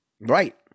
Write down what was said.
Right